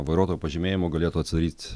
vairuotojo pažymėjimu galėtų atsidaryt